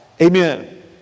amen